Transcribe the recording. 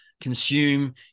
consume